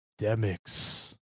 Demix